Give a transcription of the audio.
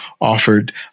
offered